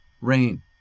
rain